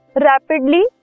rapidly